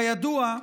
כידוע,